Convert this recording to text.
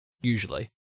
usually